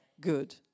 good